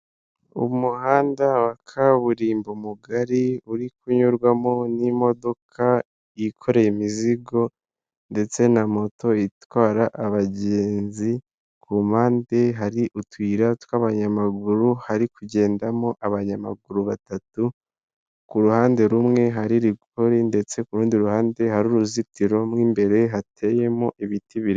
Umuhanda wa kaburimbo mugari uri kunyurwamo n'imodoka ikoreye imizigo ndetse na moto itwara abagenzi, ku mpande hari utuyira tw'abanyamaguru hari kugendamo abanyamaguru batatu, ku ruhande rumwe hari rigori ndetse ku rundi ruhande hari uruzitiro mo imbere hateyemo ibiti bibiri.